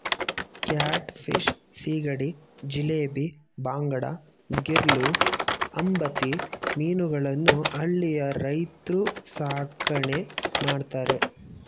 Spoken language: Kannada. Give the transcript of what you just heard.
ಕ್ಯಾಟ್ ಫಿಶ್, ಸೀಗಡಿ, ಜಿಲೇಬಿ, ಬಾಂಗಡಾ, ಗಿರ್ಲೂ, ಅಂಬತಿ ಮೀನುಗಳನ್ನು ಹಳ್ಳಿಯ ರೈತ್ರು ಸಾಕಣೆ ಮಾಡ್ತರೆ